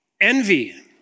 Envy